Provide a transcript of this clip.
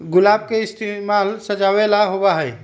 गुलाब के इस्तेमाल सजावट ला होबा हई